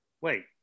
Wait